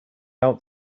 out